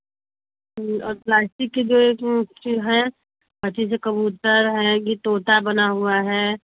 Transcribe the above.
और प्लास्टिक के जो है वह ठीक हैं जैसे कबूतर हैं कि तोता बना हुआ है